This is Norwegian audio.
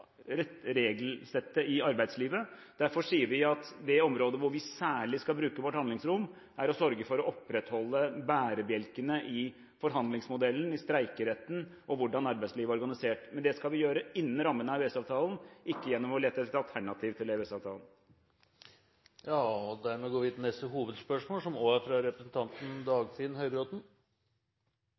regelsettet i arbeidslivet. Derfor sier vi at det vi særlig skal bruke vårt handlingsrom til, er å sørge for å opprettholde bærebjelkene i forhandlingsmodellen – i streikeretten og hvordan arbeidslivet er organisert. Men det skal vi gjøre innen rammene av EØS-avtalen, ikke gjennom å lete etter alternativer til EØS-avtalen. Vi går til neste hovedspørsmål. Også dette spørsmålet er